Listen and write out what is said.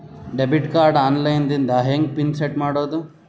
Debit card online ದಿಂದ ಹೆಂಗ್ pin set ಮಾಡೋದು?